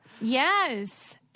Yes